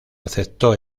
aceptó